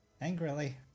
angrily